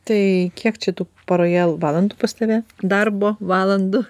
tai kiek čia tų paroje valandų pas tave darbo valandų